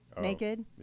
naked